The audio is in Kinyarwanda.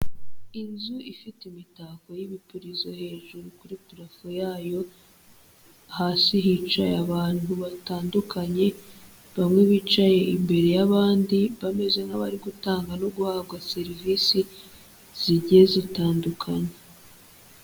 Inzu ifite imitako y'ibipirizo hejuru kuri purafo yayo, hasi hica abantu batandukanye bamwe bicaye imbere y'abandi bameze nk'abari gutanga no guhabwa serivisi zigiye zitandukana.